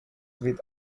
with